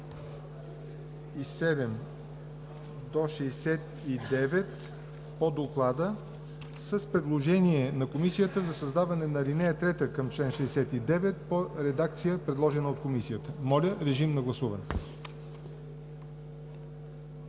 67 – 69 по доклада, с предложение на Комисията за създаване на алинея 3 към чл. 69 по редакция предложена от Комисията. Гласували